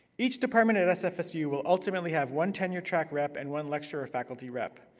each department at sfsu will ultimately have one tenure track rep and one lecturer faculty rep.